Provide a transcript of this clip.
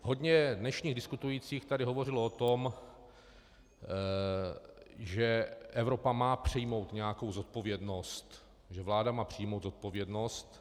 Hodně dnešních diskutujících tady hovořilo o tom, že Evropa má přijmout nějakou zodpovědnost, že vláda má přijmout zodpovědnost.